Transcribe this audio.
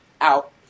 Out